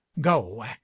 go